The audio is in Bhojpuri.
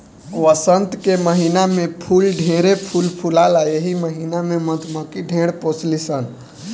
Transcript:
वसंत के महिना में फूल ढेरे फूल फुलाला एही महिना में मधुमक्खी ढेर पोसली सन